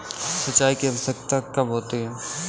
सिंचाई की आवश्यकता कब होती है?